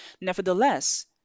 Nevertheless